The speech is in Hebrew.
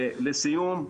ולסיום,